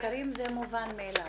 המוכרים זה מובן מאליו.